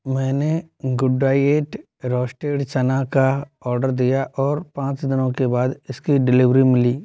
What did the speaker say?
मैंने Good Diet roasted चना का आर्डर दिया और पाँच दिनों के बाद इसकी डिलीवरी मिली